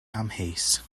amheus